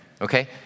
Okay